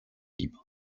libres